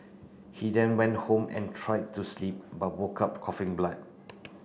he then went home and tried to sleep but woke up coughing blood